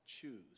choose